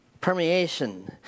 Permeation